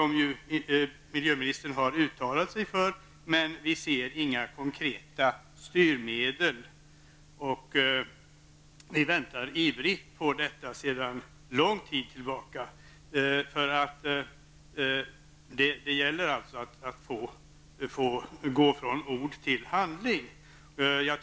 Miljöministern har också uttalat sig för detta, men vi ser inga konkreta styrmedel, och vi väntar ivrigt på detta sedan lång tid tillbaka. Det gäller alltså att gå från ord till handling.